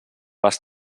les